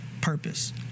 purpose